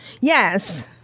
Yes